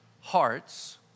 hearts